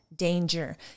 danger